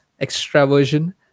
extraversion